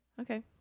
Okay